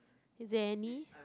is there any